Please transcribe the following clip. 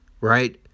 right